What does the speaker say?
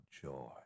joy